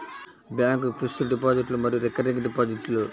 bank fixed డిపాజిట్లు మరియు recurring డిపాజిట్లు